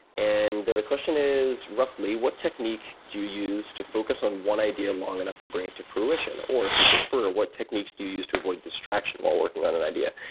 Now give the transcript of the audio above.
and the question is, roughly, what technique do you use to focus on one idea long enough to bring it to fruition? or, if you prefer, what techniques do you use to avoid distraction while working on an idea?